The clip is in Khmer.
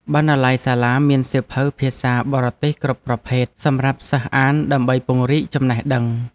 បណ្ណាល័យសាលាមានសៀវភៅភាសាបរទេសគ្រប់ប្រភេទសម្រាប់សិស្សអានដើម្បីពង្រីកចំណេះដឹង។